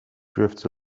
drifts